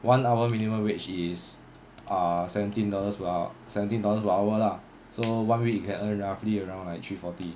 one hour minimum wage is ah seventeen dollars while seventeen dollars per hour lah so one week you can earn roughly around like three forty